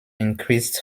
increased